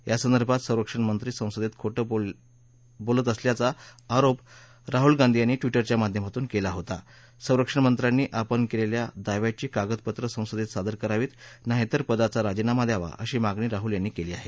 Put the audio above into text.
यासंदर्भात संरक्षण मंत्री संसदेत खोटं बोलल्याचा आरोप राहुल गांधी यांनी ट्विटरच्या माध्यमातून केला होता संरक्षण मंत्र्यांनी आपण केलेल्या दाव्याची कागदपत्र संसदेत सादर करावीत नाहीतर पदाचा राजीनामा द्यावा अशी मागणी राहुल गांधी यांनी केली आहे